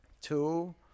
two